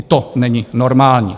I to není normální.